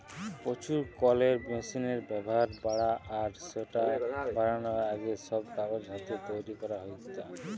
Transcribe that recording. প্রচুর কলের মেশিনের ব্যাভার বাড়া আর স্যাটা বারানার আগে, সব কাগজ হাতে তৈরি করা হেইতা